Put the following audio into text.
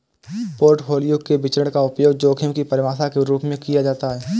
portfolio के विचरण का उपयोग जोखिम की परिभाषा के रूप में किया जाता है